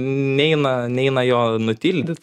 neina neina jo nutildyt